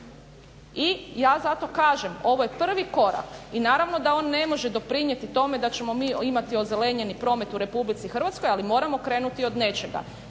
i ja zato kažem ovo je prvi korak i naravno da on ne može doprinijeti tome da ćemo mi imati ozelenjeni promet u Republici Hrvatskoj ali moramo krenuti od nečega.